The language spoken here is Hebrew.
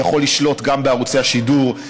יכול לשלוט גם בערוצי השידור,